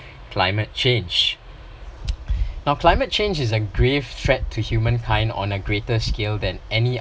the climate change now climate change is a grave threat to human kind on a greater scale than any